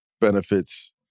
benefits